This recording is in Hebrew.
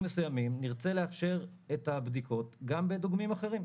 מסוימים נרצה לאפשר את הבדיקות גם בדוגמים אחרים.